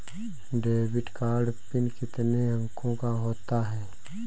Debit card PIN कितने अंकों का होता है?